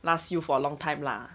last you for a long time lah